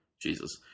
Jesus